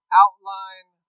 outline